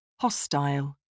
Hostile